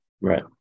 Right